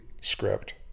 script